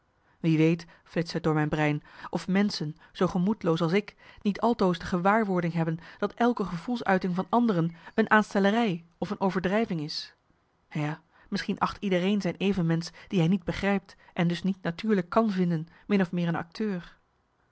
wie weet flitste t door mijn brein of menschen zoo gemoedloos als ik niet altoos de gewaarwording hebben dat elke gevoelsuiting van anderen een aanstellerij of een overdrijving is ja misschien acht iedereen zijn evenmensch die hij niet begrijpt en dus niet natuurlijk kan vinden min of meer een acteur